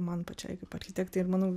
man pačiai kaip architektei ir manau